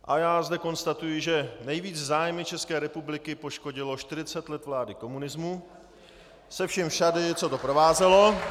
A já zde konstatuji, že nejvíc zájmy České republiky poškodilo 40 let vlády komunismu se vším všudy, co to provázelo. .